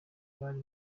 hari